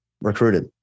recruited